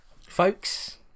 folks